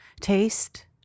taste